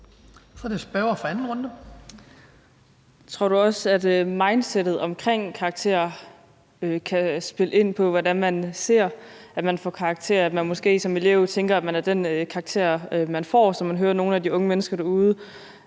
Tror du også, at mindsettet omkring karakterer kan spille ind på, hvordan man ser på det, når man får karakterer – at man måske som elev tænker, at man er den karakter, man får, som vi hører nogle af de unge mennesker derude